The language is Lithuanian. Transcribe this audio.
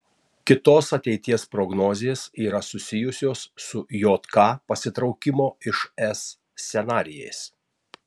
kitos ateities prognozės yra susijusios su jk pasitraukimo iš es scenarijais